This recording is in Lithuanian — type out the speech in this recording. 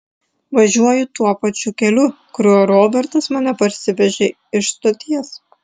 važiuoju tuo pačiu keliu kuriuo robertas mane parsivežė iš stoties